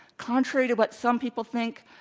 contrary to what some people think,